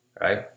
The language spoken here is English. right